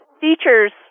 features